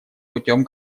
путем